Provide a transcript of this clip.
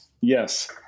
Yes